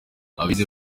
abize